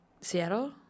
Seattle